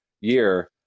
year